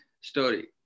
story